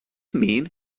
mean